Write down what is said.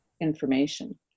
information